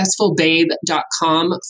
successfulbabe.com